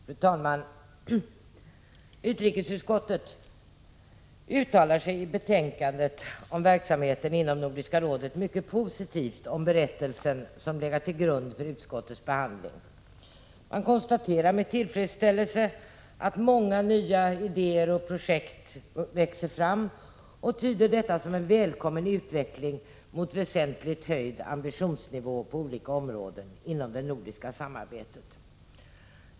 Fru talman! Utrikesutskottet uttalar sig i betänkandet om verksamheten inom Nordiska rådet mycket positivt om berättelsen som legat till grund för utskottets behandling. Man konstaterar med tillfredsställelse att många nya idéer och projekt växer fram och tyder detta som en välkommen utveckling mot väsentligt höjd ambitionsnivå på olika områden inom det nordiska samarbetet.